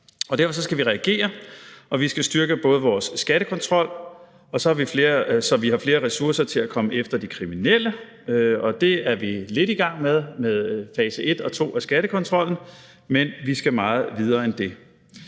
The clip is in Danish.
Derfor skal vi reagere, og vi skal styrke vores skattekontrol, så vi har flere ressourcer til at komme efter de kriminelle, og det er vi lidt i gang med fase 1 og 2 af skattekontrolloven, men vi skal meget videre end det.